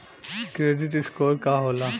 Credit score का होला?